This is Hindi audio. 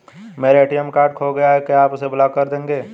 मेरा ए.टी.एम कार्ड खो गया है क्या आप उसे ब्लॉक कर देंगे?